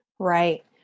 Right